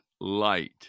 light